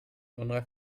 unreif